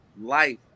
life